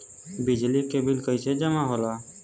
बिजली के बिल कैसे जमा होला?